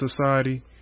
Society